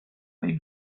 این